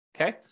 okay